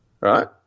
right